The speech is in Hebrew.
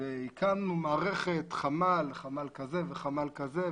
והקמנו מערכת, חמ"ל כזה וחמ"ל כזה.